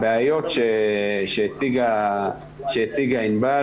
הבעיות שהציגה ענבל,